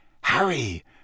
Harry